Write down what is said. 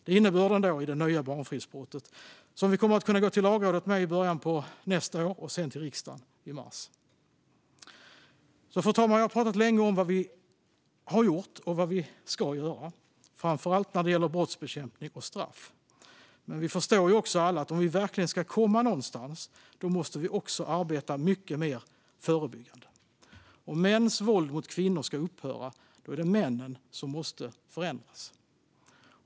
Det är innebörden i det nya barnfridsbrottet, som vi kommer att kunna gå till Lagrådet med i början av nästa år och sedan till riksdagen med i mars. Fru talman! Jag har pratat länge om vad vi har gjort och vad vi ska göra, framför allt när det gäller brottsbekämpning och straff. Men vi förstår ju alla att om vi verkligen ska komma någonstans, då måste vi också arbeta mycket mer förebyggande. Om mäns våld mot kvinnor ska upphöra, då är det männen som måste förändras.